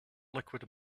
liquid